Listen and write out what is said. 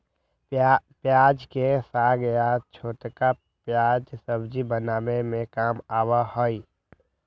प्याज के साग या छोटका प्याज सब्जी बनावे के काम आवा हई